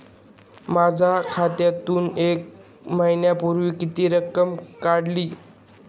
माझ्या खात्यातून एक महिन्यापूर्वी किती रक्कम काढली?